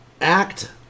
act